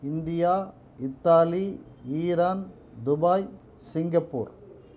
India Italy Iran Dubai Singapore